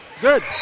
Good